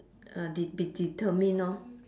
uh de~ be determined lor